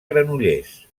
granollers